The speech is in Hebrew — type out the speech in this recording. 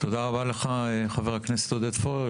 תודה רבה לחבר הכנסת עודד פורר,